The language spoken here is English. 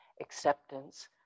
acceptance